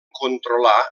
controlar